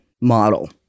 model